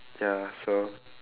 ya so